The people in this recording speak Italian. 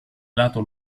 lato